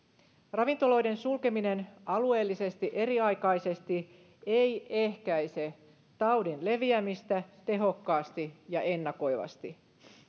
ravintoloiden sulkeminen alueellisesti eriaikaisesti ei ehkäise taudin leviämistä tehokkaasti ja ennakoivasti